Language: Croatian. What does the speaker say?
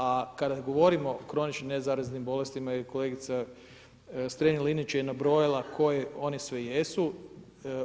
A kada govorimo o kroničnim nezaraznim bolestima jer je kolegica Strenja-Linić je nabrojala koji oni sve jesu